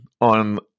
on